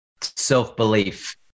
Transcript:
self-belief